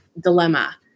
dilemma